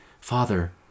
Father